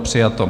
Přijato.